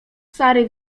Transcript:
sary